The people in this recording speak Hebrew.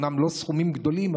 אומנם לא סכומים גדולים,